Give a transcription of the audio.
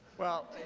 well,